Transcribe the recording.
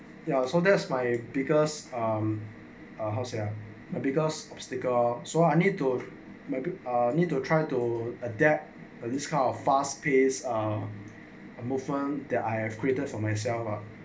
ya so that's my biggest um house ya biggest mm because so I need to maybe need to try to adapt and this kind of fast pace uh more fun that I have greater for myself lah